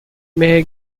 may